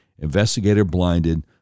investigator-blinded